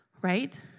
right